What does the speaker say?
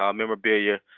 um memorabilia,